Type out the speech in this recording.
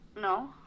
No